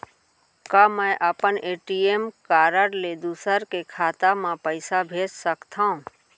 का मैं अपन ए.टी.एम कारड ले दूसर के खाता म पइसा भेज सकथव?